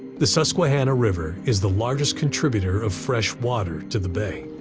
the susquehanna river is the largest contributor of freshwater to the bay.